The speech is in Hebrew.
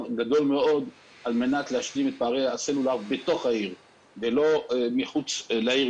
גדול מאוד כדי להשלים את פערי הסלולר בתוך העיר ולא מחוץ לעיר.